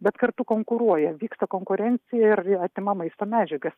bet kartu konkuruoja vyksta konkurencija ir atima maisto medžiagas